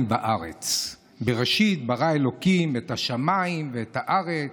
וארץ: "בראשית ברא ה' את השמים ואת הארץ".